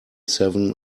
seven